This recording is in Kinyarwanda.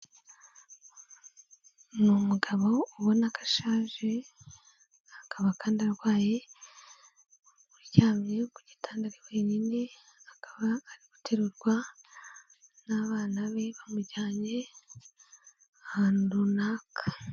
Ni umugabo ubona ko ashaje, akaba kandi arwaye, uryamye ku gitanda ari wenyine, akaba ari guterurwa n'abana be bamujyanye ahantu runaka.